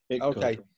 Okay